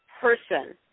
person